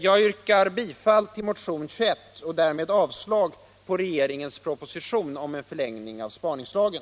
Jag yrkar bifall till motionen 21 och därmed avslag på regeringens proposition om en förlängning av spaningslagen.